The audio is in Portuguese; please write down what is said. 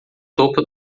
topo